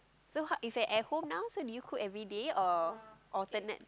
so how if at at home now so do you cook everyday or alternate